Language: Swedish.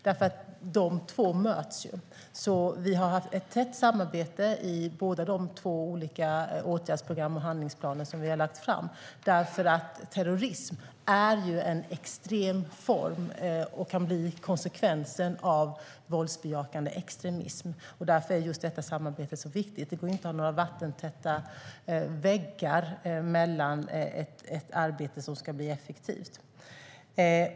Dessa två möts nämligen, och vi har haft ett tätt samarbete när det gäller de två olika åtgärdsprogram och handlingsplaner som vi har lagt fram. Terrorism är nämligen en extrem form och kan bli konsekvensen av våldsbejakande extremism. Därför är just detta samarbete så viktigt. Det går inte att ha några vattentäta väggar emellan om arbetet ska bli effektivt.